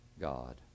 God